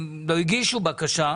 הגישו בקשה,